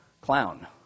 clown